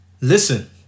Listen